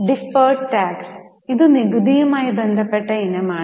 deferred tax ഇത് നികുതിയുമായി ബന്ധപ്പെട്ട ഇനമാണ്